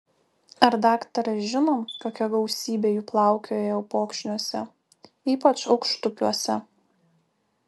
ar daktaras žino kokia gausybė jų plaukioja upokšniuose ypač aukštupiuose